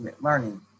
learning